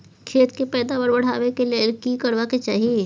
खेत के पैदावार बढाबै के लेल की करबा के चाही?